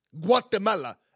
Guatemala